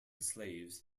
slaves